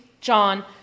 John